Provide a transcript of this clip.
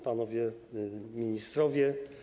Panowie Ministrowie!